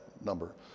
number